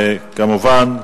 כמובן,